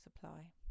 supply